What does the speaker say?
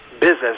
business